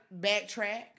backtrack